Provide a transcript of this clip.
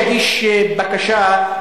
שיגיש בקשה,